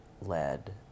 led